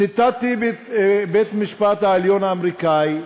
ציטטתי את בית-המשפט העליון האמריקני,